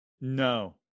No